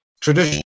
tradition